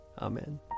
Amen